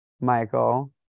Michael